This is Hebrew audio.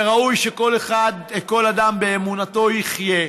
וראוי שכל אדם באמונתו יחיה,